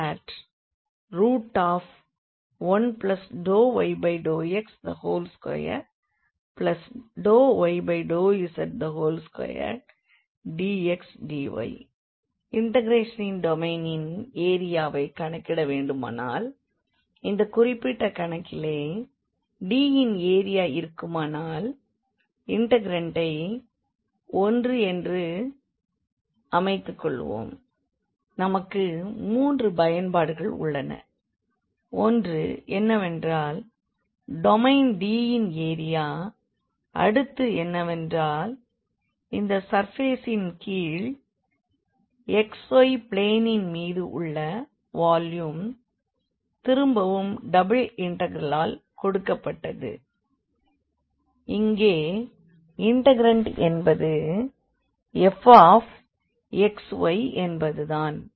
S∬D1∂y∂x2∂y∂z2dxdz இண்டெக்ரேஷனின் டொமைனின் ஏரியாவை கணக்கிட வேண்டுமானால் இந்த குறிப்பிட்ட கணக்கிலே D இன் ஏரியா இருக்குமானால் இண்டெக்ரண்டை 1 என்று அமைத்துக்கொள்வோம் நமக்கு 3 பயன்பாடுகள் உள்ளன ஒன்று என்னவென்றால் டொமைன் D இன் ஏரியா அடுத்தது என்னவென்றால் இந்த சர்ஃபேசின் கீழ் xy பிளேனின் மீது உள்ள வால்யூம் திரும்பவும் டபிள் இண்டெக்ரலால் கொடுக்கப்பட்டது இங்கே இண்டெக்ரண்ட் என்பது fx yஎன்பது தான்